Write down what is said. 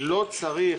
לא צריך,